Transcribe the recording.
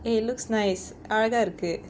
eh it looks nice அழகா இருக்கு:alagaa irukku